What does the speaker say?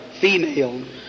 female